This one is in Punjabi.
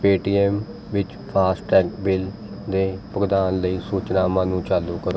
ਪੇ ਟੀ ਐਮ ਵਿੱਚ ਫਾਸਟੈਗ ਬਿੱਲ ਦੇ ਭੁਗਤਾਨ ਲਈ ਸੂਚਨਾਵਾਂ ਨੂੰ ਚਾਲੂ ਕਰੋ